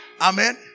amen